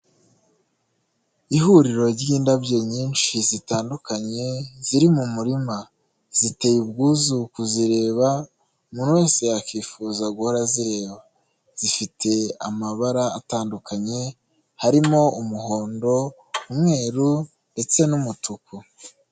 Ihuriro ry'indabyo nyinshi zitandukanye ziri mu murima, ziteye ubwuzu kuzireba umuntu wese yakifuza guhora azireba, zifite amabara atandukanye harimo umuhondo, umweru ndetse n'umutuku.